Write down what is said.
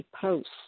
posts